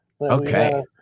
Okay